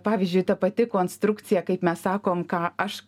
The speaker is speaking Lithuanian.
pavyzdžiui ta pati konstrukcija kaip mes sakom ką aš